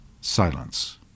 Silence